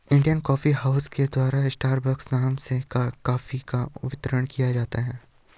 India coffee house के द्वारा Starbucks नाम से भी कॉफी का वितरण किया जाता है